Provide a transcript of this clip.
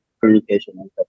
communication